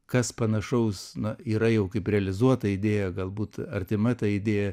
kas panašaus na yra jau kaip realizuota idėja galbūt artima ta idėja